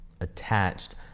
attached